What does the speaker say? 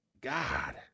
God